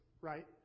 right